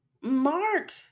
Mark